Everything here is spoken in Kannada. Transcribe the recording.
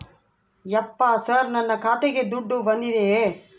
ಯಪ್ಪ ಸರ್ ನನ್ನ ಖಾತೆಗೆ ದುಡ್ಡು ಬಂದಿದೆಯ?